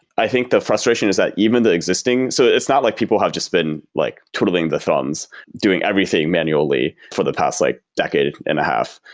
i think the frustration is that even the existing so it's not like people have just been like twiddling the thumbs doing everything manually for the past like decade and a half,